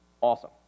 awesome